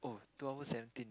two hours seventeen